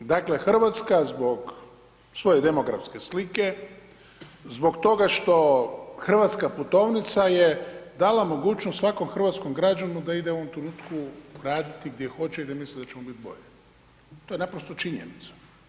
Dakle Hrvatska zbog svoje demografske slike, zbog toga što hrvatska putovnica je dala mogućnost svakom hrvatskom građaninu da ide u ovom trenutku raditi gdje hoće i gdje misli da će mu biti bolje, to je naprosto činjenica.